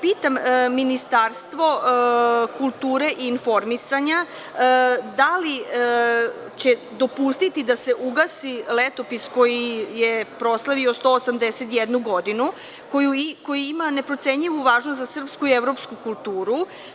Pitam Ministarstvo kulture i informisanja, da li će dopustiti da se ugasi Letopis koji je proslavio 181 godinu, koji ima neprocenjivu važnost za srpsku i evropsku kulturu?